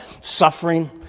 suffering